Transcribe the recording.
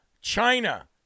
China